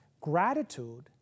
Gratitude